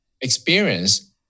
experience